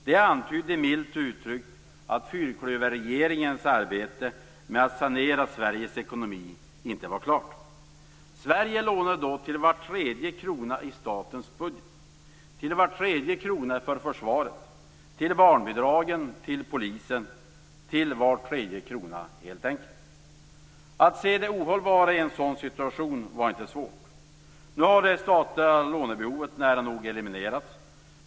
Det antydde - milt uttryckt - att fyrklöverregeringens arbete med att sanera Sveriges ekonomi inte var klart. Sverige lånade till var tredje krona i statens budget, till var tredje krona för försvaret, till barnbidragen och till polisen - ja, till var tredje utgiftskrona helt enkelt. Att se det ohållbara i en sådan situation var inte svårt. Nu har det statliga lånebehovet nära nog eliminerats.